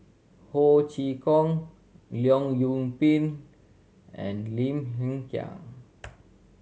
Ho Chee Kong Leong Yoon Pin and Lim Hng Kiang